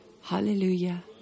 Hallelujah